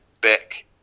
back